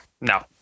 No